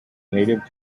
native